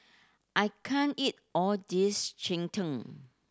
I can't eat all this cheng tng